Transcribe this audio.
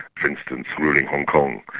for instance, ruling hong kong.